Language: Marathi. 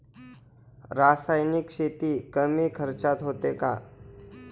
रासायनिक शेती कमी खर्चात होते का?